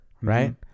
Right